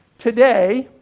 today,